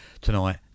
tonight